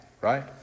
right